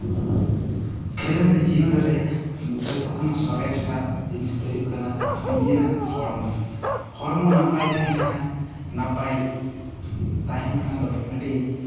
ᱠᱷᱮᱞᱳᱰ ᱡᱤᱭᱚᱱᱨᱮ ᱡᱚᱛᱚ ᱠᱷᱚᱱᱟᱜ ᱥᱚᱨᱮᱥᱟᱜ ᱡᱤᱱᱤᱥ ᱫᱚ ᱦᱩᱭᱩᱜ ᱠᱟᱱᱟ ᱱᱤᱡᱮᱨᱟᱜ ᱦᱚᱲᱢᱚ ᱦᱚᱲᱢᱚ ᱱᱟᱯᱟᱭ ᱛᱟᱦᱮᱱ ᱠᱷᱟᱱ ᱫᱚ ᱟᱹᱰᱤ